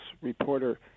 reporter